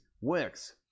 works